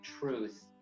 truth